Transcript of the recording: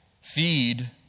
Feed